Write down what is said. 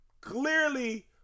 Clearly